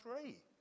three